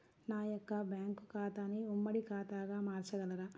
నా యొక్క బ్యాంకు ఖాతాని ఉమ్మడి ఖాతాగా మార్చగలరా?